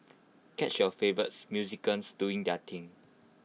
catch your favourites musicians doing their thing